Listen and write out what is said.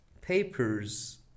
papers